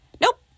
Nope